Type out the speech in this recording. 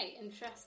interesting